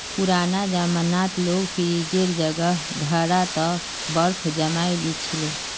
पुराना जमानात लोग फ्रिजेर जगह घड़ा त बर्फ जमइ ली छि ले